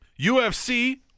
UFC